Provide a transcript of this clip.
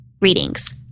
readings